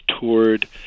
toured